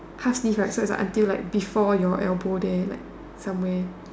task beef right so if I until like before your elbow there like somewhere